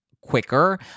quicker